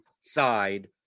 side